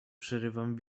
przerywam